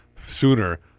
sooner